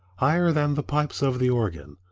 higher than the pipes of the organ,